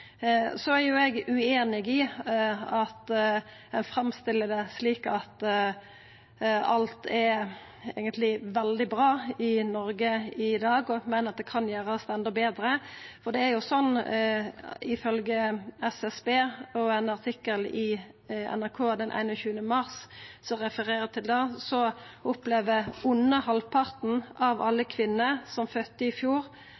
ueinig i at ein framstiller det som at alt eigentleg er veldig bra i Noreg i dag, og eg meiner at det kan gjerast endå betre. Ifølgje SSB og ein artikkel i NRK den 21. mars, som refererer til det, opplevde under halvparten av alle kvinner som fødde i fjor,